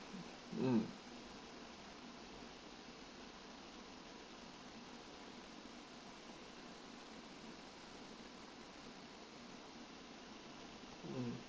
mm mm